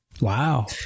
Wow